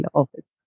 office